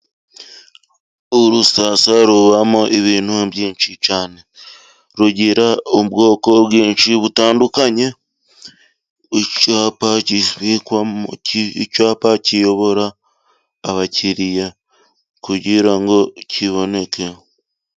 Urusasa rubamo ibintu byinshi cyane, rugira ubwoko bwinshi butandukanye. Icyapa kizwi kwa icyapa kiyobora abakiriya kugira ngo kiboneke.